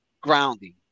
grounding